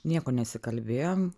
nieko nesikalbėjom